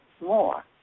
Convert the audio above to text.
more